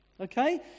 Okay